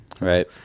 right